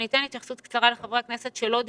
התייחסות קצרה לחברי הכנסת שלא דיברו.